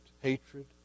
hatred